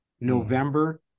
November